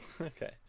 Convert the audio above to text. Okay